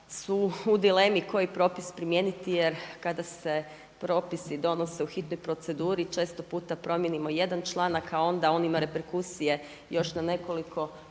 su u dilemi koji propis primijeniti jer kada se propisi donose u hitnoj proceduri često puta promijenimo jedan članak, a onda on ima reperkusije još na nekoliko propisa